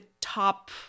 top